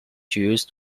jewish